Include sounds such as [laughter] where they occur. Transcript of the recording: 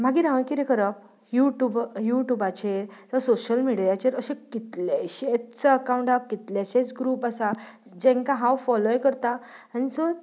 मागीर हांवें कितें करप यू ट्यूब यू ट्यूबाचेर जावं सोशियल मिडीयाचेर अशे कितलेशेच अकाउंट हा कितलेशेच ग्रूप आसा जांकां हांव फोलोय करता आनी [unintelligible]